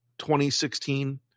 2016